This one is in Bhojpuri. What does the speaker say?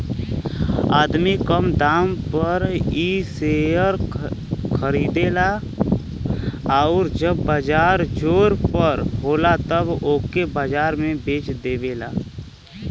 आदमी कम दाम पर इ शेअर खरीदेला आउर जब बाजार जोर पर रहेला तब ओके बाजार में बेच देवेला